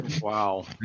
Wow